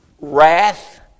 wrath